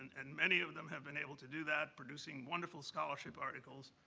and many of them have been able to do that, producing wonderful scholarship articles.